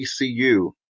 ECU